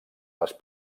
les